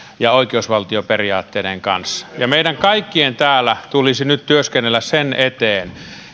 ja oikeusvaltioperiaatteiden kanssa meidän kaikkien täällä tulisi nyt työskennellä sen eteen